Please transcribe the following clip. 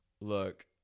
look